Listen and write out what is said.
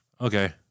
okay